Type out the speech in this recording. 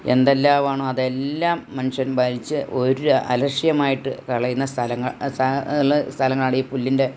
എന്തെല്ലാമാണോ അതെല്ലാം മനുഷ്യൻ വലിച്ച് ഒരു അലക്ഷ്യമായിട്ട് കളയുന്ന സ്ഥലങ്ങൾ സ്ഥലങ്ങൾ ആണ് ഈ പുല്ലിൻ്റെ